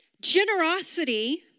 Generosity